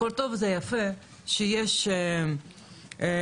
הכול טוב ויפה שיש מכרזים,